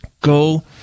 Go